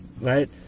right